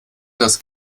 das